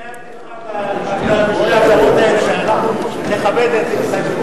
אני התחייבתי לך בשתי ההגדרות האלה שאנחנו נכבד את התחייבותנו.